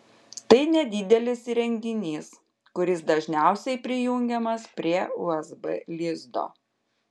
tai nedidelis įrenginys kuris dažniausiai prijungiamas prie usb lizdo